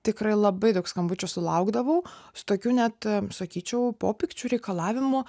tikrai labai daug skambučių sulaukdavau su tokiu net sakyčiau popykčiu reikalavimu